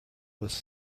was